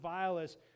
vilest